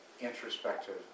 introspective